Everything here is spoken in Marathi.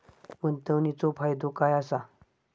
गुंतवणीचो फायदो काय असा?